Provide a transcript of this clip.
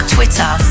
Twitter